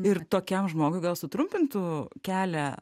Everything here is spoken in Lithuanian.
ir tokiam žmogui gal sutrumpintų kelią